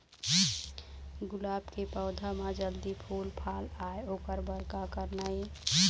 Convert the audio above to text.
गुलाब के पौधा म जल्दी फूल आय ओकर बर का करना ये?